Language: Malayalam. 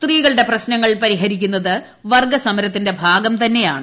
സ്ത്രീകളുടെ പ്രശ്നങ്ങൾ പ്പ്രിഫ്രിക്കുന്നത് വർഗ്ഗസമരത്തിന്റെ ഭാഗം തന്നെയാണ്